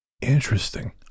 interesting